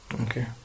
Okay